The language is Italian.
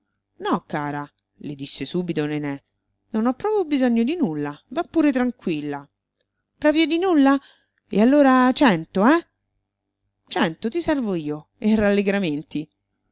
no cara le disse subito nené non ho proprio bisogno di nulla va pure tranquilla proprio di nulla e allora cento eh cento ti servo io e rallegramenti